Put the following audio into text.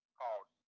called